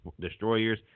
Destroyers